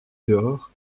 dehors